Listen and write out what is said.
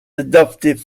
adoptive